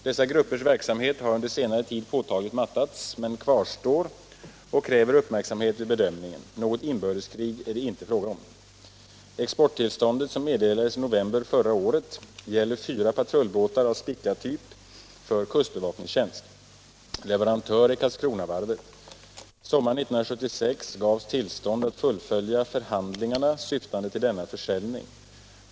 Dessa gruppers verksamhet har under senare tid påtagligt mattats men kvarstår och kräver uppmärksamhet vid bedömningen. Något inbördeskrig är det inte fråga om. Exporttillståndet, som meddelades i noverhber förra året, gäller fyra patrullbåtar av Spica-typ för kustbevakningstjänst. Leverantör är Karlskronavarvet. Sommaren 1976 gavs tillstånd att fullfölja förhandlingarna, syftande till denna försäljning.